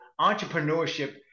entrepreneurship